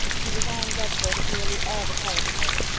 he was anne's escort at nearly all the college affairs,